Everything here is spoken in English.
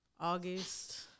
August